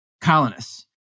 colonists